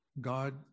God